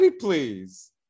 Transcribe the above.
please